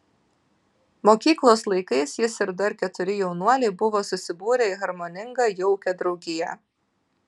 mokyklos laikais jis ir dar keturi jaunuoliai buvo susibūrę į harmoningą jaukią draugiją